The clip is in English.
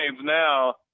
now